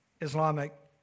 Islamic